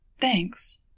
Thanks